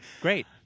Great